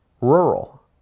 rural